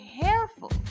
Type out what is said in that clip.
careful